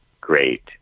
great